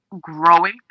growing